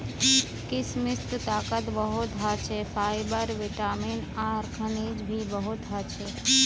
किशमिशत ताकत बहुत ह छे, फाइबर, विटामिन आर खनिज भी बहुत ह छे